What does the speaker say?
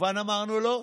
וכמובן אמרנו לא.